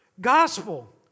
gospel